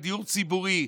בדיור ציבורי,